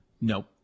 Nope